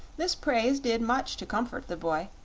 this praise did much to comfort the boy,